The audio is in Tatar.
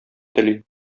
тели